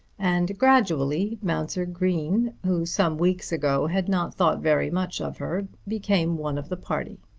and gradually mounser green, who some weeks ago had not thought very much of her, became one of the party.